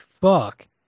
fuck